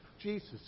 Jesus